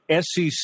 SEC